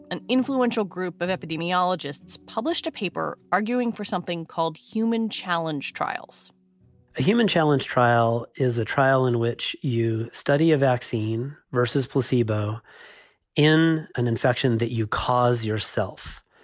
an influential group of epidemiologists published a paper arguing for something called human challenge trials the human challenge trial is a trial in which you study a vaccine versus placebo in an infection that you cause yourself.